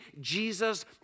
Jesus